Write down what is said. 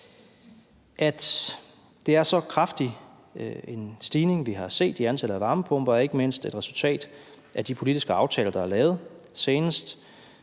har set en så kraftig stigning i antallet af varmepumper, er ikke mindst et resultat af de politiske aftaler, der er lavet – senest